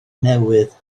newydd